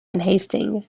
unhasting